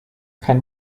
kein